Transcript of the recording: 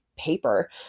paper